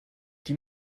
die